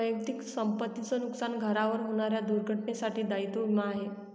वैयक्तिक संपत्ती च नुकसान, घरावर होणाऱ्या दुर्घटनेंसाठी दायित्व विमा आहे